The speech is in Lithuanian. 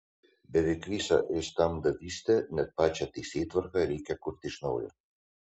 beveik visą įstatymdavystę net pačią teisėtvarką reikia kurti iš naujo